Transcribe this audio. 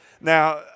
Now